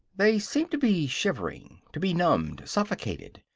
they seem to be shivering to be numbed, suffocated,